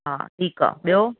हा ठीकु आहे ॿियो